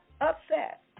upset